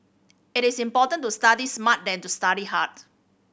it is important to study smart than to study hard